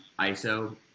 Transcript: ISO